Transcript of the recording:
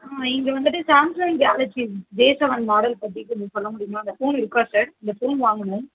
ஆ இங்கே வந்துட்டு Samsung Galaxy J seven model பற்றி கொஞ்சம் சொல்ல முடியுமா அந்த ஃபோன் இருக்கா சார் அந்த ஃபோன் வாங்கணும்